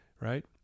Right